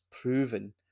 proven